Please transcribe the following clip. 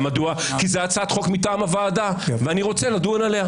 זו הצעת חוק מטעם הוועדה ואני רוצה לדון עליה.